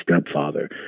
stepfather